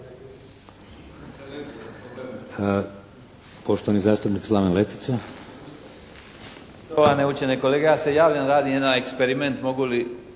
Poštovani zastupnik Slaven Letica.